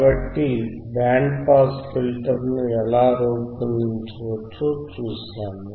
కాబట్టి band pass ఫిల్టర్ను ఎలా రూపొందించవచ్చో చూశాము